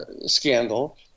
scandal